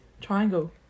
Triangle